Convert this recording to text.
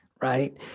right